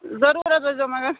ضٔروٗر حظ وٲتۍزیو مگر